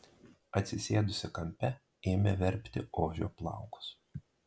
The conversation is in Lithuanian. atsisėdusi kampe ėmė verpti ožio plaukus